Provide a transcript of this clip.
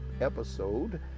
episode